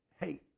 Hey